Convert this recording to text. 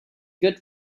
good